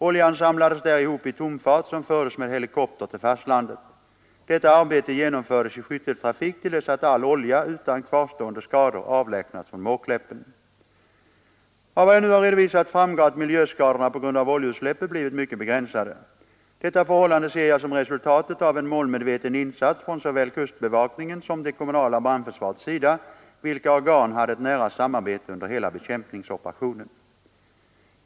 Oljan samlades där ihop i tomfat som fördes med helikopter till fastlandet. Detta arbete genomfördes i skytteltrafik till dess all olja — utan kvarstående skador — avlägsnats från Måkläppen. Av vad jag nu har redovisat framgår att miljöskadorna på grund av oljeutsläppet blivit mycket begränsade. Detta förhållande ser jag som resultatet av en målmedveten insats från såväl kustbevakningens som det kommunala brandförsvarets sida, vilka organ hade ett nära samarbete under hela bekämpningsoperationen.